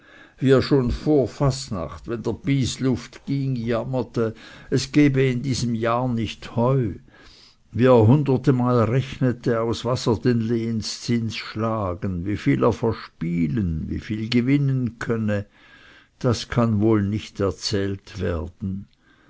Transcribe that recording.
wie er schon vor fasnacht wenn der bysluft ging jammerte es gebe in diesem jahr nicht heu wie hundertmal er rechnete aus was er den lehenzins schlagen wieviel er verspielen wieviel gewinnen könne das kann nicht wohl erzählt werden